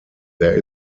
there